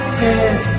head